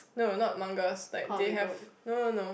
no not muggles like they have no no no